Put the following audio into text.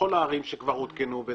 שבכל הערים שהותקנו כבר,